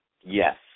Yes